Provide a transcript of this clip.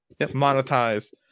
Monetize